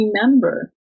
remember